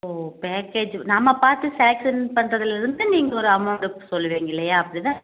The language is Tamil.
ஓ பேக்கேஜ் நாம் பார்த்து செலக்க்ஷன் பண்ணுறதுல இருந்து நீங்கள் ஒரு அமௌண்டு சொல்லுவீங்க இல்லையா அப்படி தானே